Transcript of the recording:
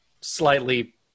slightly